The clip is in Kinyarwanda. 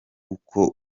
uko